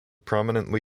prominently